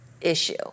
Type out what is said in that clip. issue